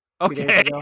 okay